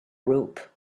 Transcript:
rope